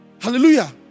Hallelujah